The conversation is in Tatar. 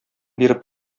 биреп